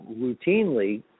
routinely